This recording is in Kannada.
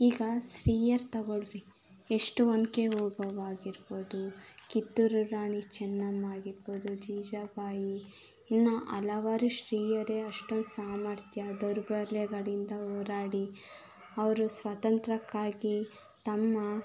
ಈಗ ಸ್ತ್ರೀಯರು ತಗೊಳ್ಳಿರಿ ಎಷ್ಟು ಒನಕೆ ಓಬವ್ವ ಆಗಿರ್ಬೋದು ಕಿತ್ತೂರು ರಾಣಿ ಚೆನ್ನಮ್ಮ ಆಗಿರ್ಬೋದು ಜೀಜಾ ಬಾಯಿ ಇನ್ನೂ ಹಲವಾರು ಸ್ತ್ರೀಯರೇ ಅಷ್ಟೊಂದು ಸಾಮರ್ಥ್ಯ ದೌರ್ಬಲ್ಯಗಳಿಂದ ಹೋರಾಡಿ ಅವರು ಸ್ವಾತಂತ್ರ್ಯಕ್ಕಾಗಿ ತಮ್ಮ